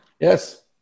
Yes